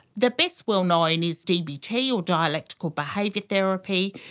the best well known is dbt or dialectical behaviour therapy,